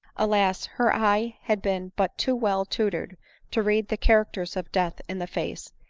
alas! her eye had been but too well tutored to read the characters of death in the face,